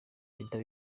peter